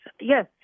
yes